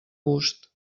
gust